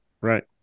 Right